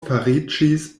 fariĝis